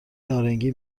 نارنگی